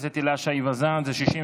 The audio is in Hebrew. חוק